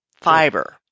Fiber